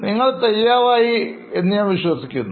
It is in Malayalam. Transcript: നിങ്ങൾ തയ്യാറായി എന്ന് ഞാൻ വിശ്വസിക്കുന്നു